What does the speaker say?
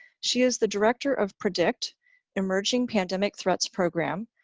she is the director of predict emerging pandemic threats program,